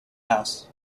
house